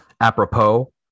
apropos